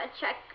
check